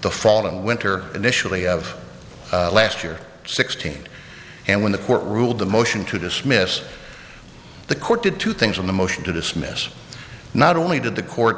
the fall and winter initially of last year sixteen and when the court ruled the motion to dismiss the court did two things on the motion to dismiss not only did the court